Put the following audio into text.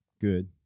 Good